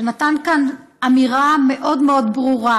שנתן כאן אמירה מאוד מאוד ברורה: